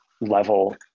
level